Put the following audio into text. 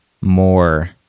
more